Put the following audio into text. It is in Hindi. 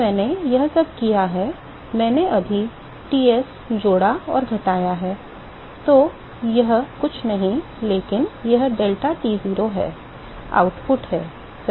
तो मैंने यह सब किया है मैंने अभी T s जोड़ा और घटाया है तो यह कुछ नहीं लेकिन यह deltaTo है आउटपुट है सही